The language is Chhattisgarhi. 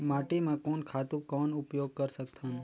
माटी म कोन खातु कौन उपयोग कर सकथन?